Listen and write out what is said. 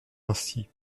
ainsi